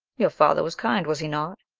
your father was kind, was he not?